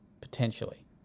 potentially